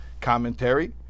commentary